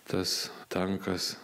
tas tankas